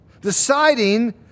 deciding